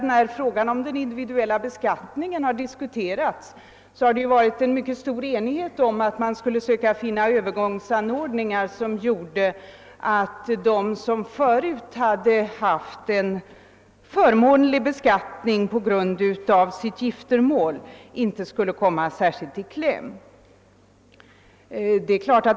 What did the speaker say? När frågan om den individuella beskattningen diskuterats tidigare har det rått mycket stor enighet om att vi skulle försöka finna övergångsanordningar som gjorde att de som förut haft en förmånlig beskattning tack vare giftermål inte skulle speciellt komma i kläm.